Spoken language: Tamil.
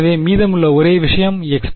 எனவே மீதமுள்ள ஒரே விஷயம் x′